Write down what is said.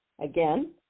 again